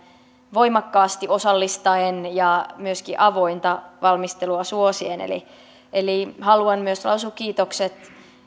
voimakkaasti osallistaen ja myöskin avointa valmistelua suosien eli eli haluan myös lausua kiitokset